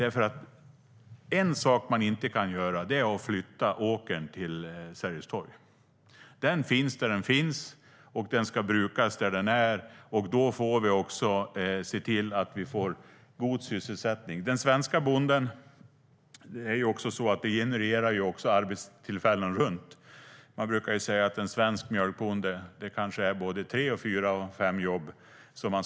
En sak som man inte kan göra är att flytta åkern till Sergels torg. Den finns där den finns, och den ska brukas där den är. Då får vi också se till att vi får god sysselsättning. Jordbruket genererar arbetstillfällen runt omkring. Man brukar säga att en svensk mjölkbonde skapar tre, fyra eller fem jobb.